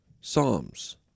Psalms